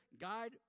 guide